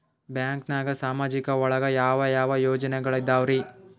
ಬ್ಯಾಂಕ್ನಾಗ ಸಾಮಾಜಿಕ ಒಳಗ ಯಾವ ಯಾವ ಯೋಜನೆಗಳಿದ್ದಾವ್ರಿ?